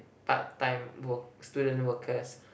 part time work student workers